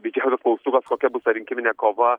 didžiausias klaustukas kokia bus ta rinkiminė kova